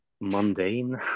mundane